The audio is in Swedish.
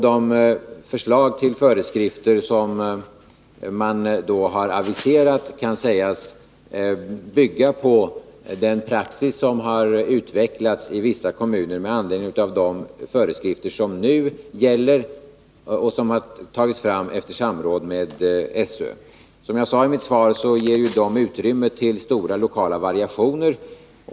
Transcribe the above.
De förslag till föreskrifter som man då har aviserat kan sägas bygga på den praxis som har utvecklats i vissa kommuner med anledning av de föreskrifter som nu gäller och som har tagits fram efter samråd med sÖ. Som jag sade i mitt svar ger de utrymme för stora lokala variationer.